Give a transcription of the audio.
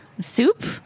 soup